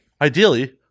Ideally